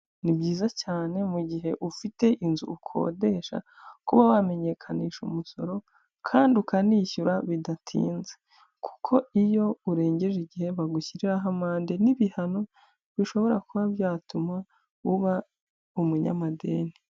Ni byiza cyane mu gihe ufite inzu ukodesha, kuba wamenyekanisha umusoro kandi ukanishyura bidatinze, kuko iyo urengeje igihe bagushyiriraho amande n'ibihano, bishobora kuba byatuma uba umunyamadeni.